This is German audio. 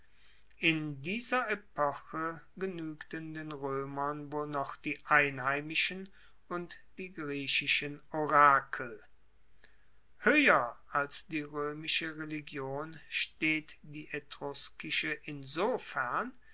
in dieser epoche genuegten den roemern wohl noch die einheimischen und die griechischen orakel hoeher als die roemische religion steht die etruskische insofern